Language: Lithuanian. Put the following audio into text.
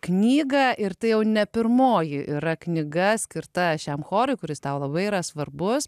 knygą ir tai jau ne pirmoji yra knyga skirta šiam chorui kuris tau labai yra svarbus